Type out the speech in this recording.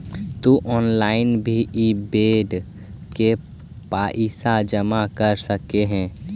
तु ऑनलाइन भी इ बेड के पइसा जमा कर सकऽ हे